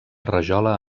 rajola